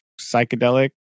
psychedelic